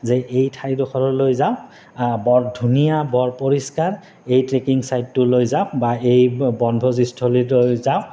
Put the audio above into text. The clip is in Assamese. যে এই ঠাইডোখৰলৈ যাওঁক বৰ ধুনীয়া বৰ পৰিষ্কাৰ এই ট্ৰেকিং ছাইটটোলৈ যাওঁক বা এই বনভোজস্থলীটোলৈ যাওক